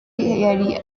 yari